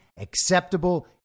acceptable